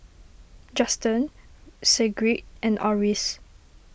Justen Sigrid and Oris